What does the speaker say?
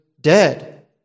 dead